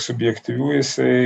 subjektyvių jisai